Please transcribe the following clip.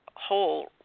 whole